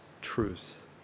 truth